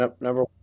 Number